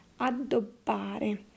addobbare